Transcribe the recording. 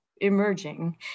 emerging